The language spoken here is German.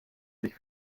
sich